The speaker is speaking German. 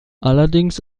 allerdings